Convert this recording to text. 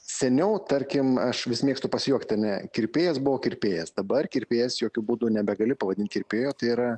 seniau tarkim aš vis mėgstu pasijuokti ane kirpėjas buvo kirpėjas dabar kirpėjas jokiu būdu nebegali pavadint kirpėju tai yra